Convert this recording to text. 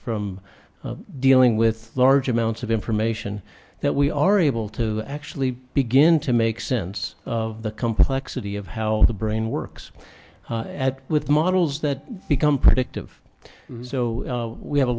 from dealing with large amounts of information that we are able to actually begin to make sense of the complexity of how the brain works with models that become predictive so we have a